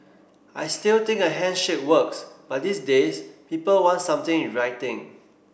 I still think a handshake works but these days people want something in writing